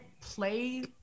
play